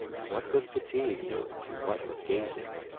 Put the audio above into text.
what with fatigue and what with gazing,